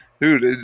Dude